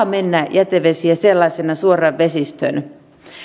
mennä jätevesiä sellaisenaan suoraan vesistöön